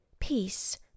Peace